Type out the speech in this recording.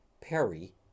Perry